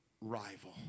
rival